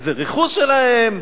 זה רכוש שלהם,